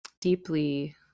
deeply